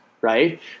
right